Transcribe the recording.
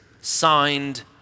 signed